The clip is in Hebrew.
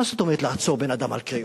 מה זאת אומרת לעצור בן-אדם על קריאות?